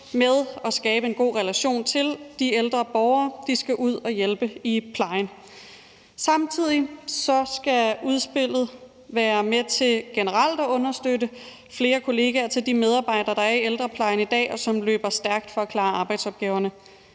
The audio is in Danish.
med og skabe en god relation til de ældre borgere, som de skal ud og hjælpe i plejen. Samtidig skal udspillet være med til generelt at understøtte flere kolleger til de medarbejdere, der er i ældreplejen i dag, og som løber stærkt for at klare arbejdsopgaverne.